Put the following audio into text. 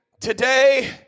today